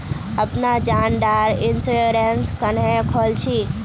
अपना जान डार इंश्योरेंस क्नेहे खोल छी?